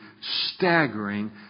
staggering